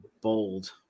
bold